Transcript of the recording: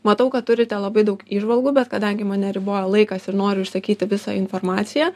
matau kad turite labai daug įžvalgų bet kadangi mane riboja laikas ir noriu išsakyti visą informaciją